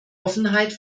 offenheit